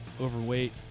overweight